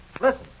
Listen